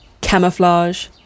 camouflage